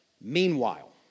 Meanwhile